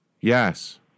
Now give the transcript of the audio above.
yes